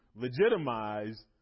legitimize